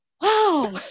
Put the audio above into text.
Wow